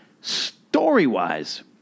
story-wise